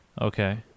Okay